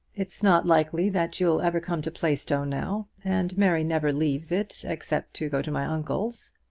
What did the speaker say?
it's not likely that you'll ever come to plaistow now and mary never leaves it except to go to my uncle's.